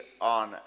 on